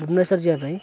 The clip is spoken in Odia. ଭୁବନେଶ୍ୱର ଯିବା ପାଇଁ